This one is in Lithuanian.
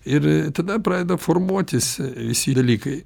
ir tada pradeda formuotis visi dalykai